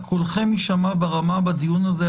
קולכם יישמע ברמה בדיון הזה,